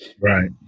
Right